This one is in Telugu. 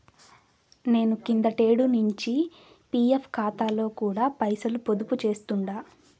నేను కిందటేడు నించి పీఎఫ్ కాతాలో కూడా పైసలు పొదుపు చేస్తుండా